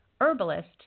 herbalist